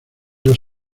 los